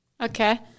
Okay